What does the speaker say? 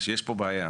יש כאן בעיה.